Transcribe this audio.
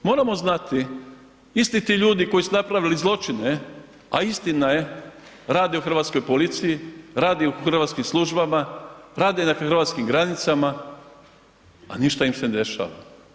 Moramo znati isti ti ljudi koji u napravili zločine a istina je, rade u hrvatskoj policiji, radi u hrvatskim službama, rade na hrvatskim granicama a ništa im se ne dešava.